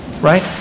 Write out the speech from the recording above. Right